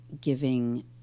giving